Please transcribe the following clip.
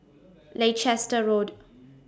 Leicester Road